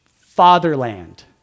Fatherland